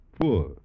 Four